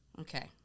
Okay